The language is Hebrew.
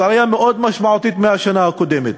זאת עלייה מאוד משמעותית מהשנה קודמת.